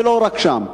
ולא רק שם.